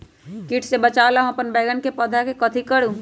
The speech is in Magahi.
किट से बचावला हम अपन बैंगन के पौधा के कथी करू?